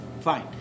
Fine